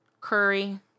curry